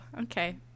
okay